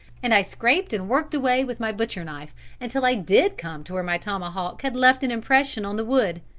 and i scraped and worked away with my butcher knife until i did come to where my tomahawk had left an impression on the wood.